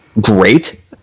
great